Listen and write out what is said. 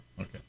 okay